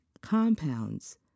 compounds